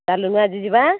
ଚାଲୁନୁ ଆଜି ଯିବା